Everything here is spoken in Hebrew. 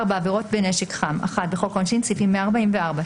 עבירות בנשק חם בחוק העונשין - סעיפים 144,